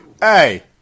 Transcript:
Hey